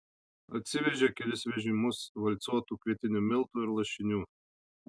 atsivežė kelis vežimus valcuotų kvietinių miltų ir lašinių